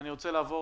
אני רוצה לעבור